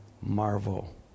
marvel